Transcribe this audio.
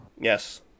Yes